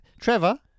Trevor